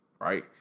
right